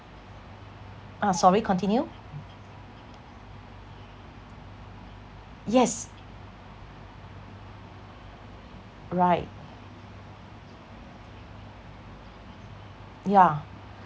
uh sorry continue yes right yeah